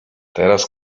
teraz